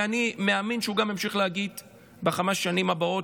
ואני מאמין שהוא גם ימשיך להגיד את זה בחמש השנים הבאות,